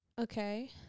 Okay